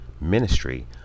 ministry